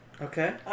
Okay